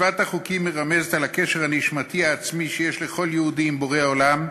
מצוות החוקים מרמזת על הקשר הנשמתי העצמי שיש לכל יהודי עם בורא עולם,